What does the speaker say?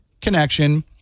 connection